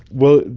well,